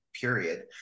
period